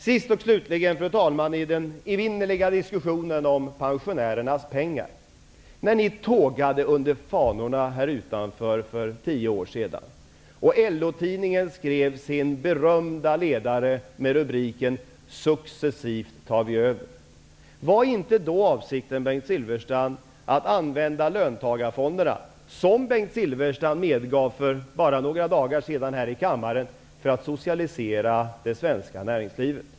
Sist och slutligen, fru talman, vill jag ta upp den evinnerliga diskussionen om pensionärernas pengar. Ni socialdemokrater tågade under fanorna här utanför för tio år sedan, och LO-tidningen publicerade en numera berömd ledare med rubriken ''Successivt tar vi över''. Var inte avsikten då, vilket Bengt Silfverstrand medgav för bara några dagar sedan här i kammaren, att använda löntagarfonderna för att socialisera det svenska näringslivet?